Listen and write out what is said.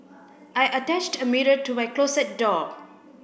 I attached a mirror to my closet door